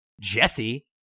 Jesse